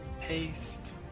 Paste